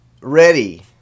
ready